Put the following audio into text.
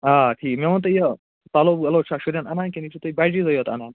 آ ٹھیٖک مےٚ ؤنتہٕ یہِ پَلو وَلو چھَا شُریٚن اَنان کِنہٕ یہِ چھُو تُہۍ بجہِ عیٖذے یوٗت اَنان